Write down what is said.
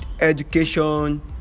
education